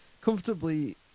comfortably